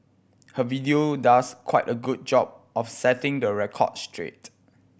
her video does quite a good job of setting the record straight